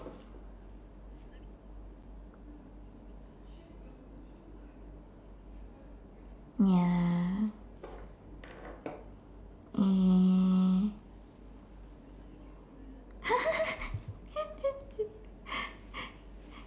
ya uh